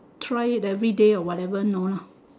try it everyday or whatever no lah